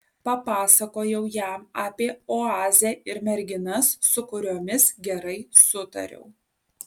papasakojau jam apie oazę ir merginas su kuriomis gerai sutariau